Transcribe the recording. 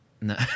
No